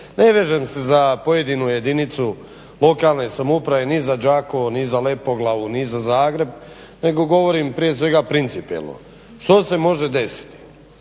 Ne vežem se za pojedinu jedinicu lokalne samouprave ni za Đakovo, ni za Lepoglavu, ni za Zagreb nego govorim prije svega principijelno što se može desiti.